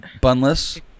Bunless